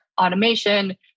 automation